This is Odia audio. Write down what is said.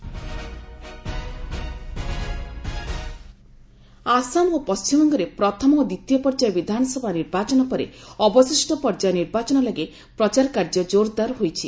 କ୍ୟାମ୍ପେନିଂ ଆସାମ ଓ ପଣ୍ଟିମବଙ୍ଗରେ ପ୍ରଥମ ଓ ଦ୍ୱିତୀୟ ପର୍ଯ୍ୟାୟ ବିଧାନସଭା ନିର୍ବାଚନ ପରେ ଅବଶିଷ୍ଟ ପର୍ଯ୍ୟାୟ ନିର୍ବାଚନ ଲାଗି ପ୍ରଚାର କାର୍ଯ୍ୟ ଜୋରଦାର ହୋଇଛି